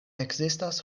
ekzistas